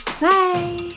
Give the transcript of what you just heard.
Bye